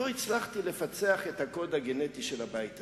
עדיין לא הצלחתי לפצח את הקוד הגנטי של הבית הזה.